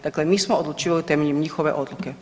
Dakle, mi smo odlučivali temeljem njihove odluke.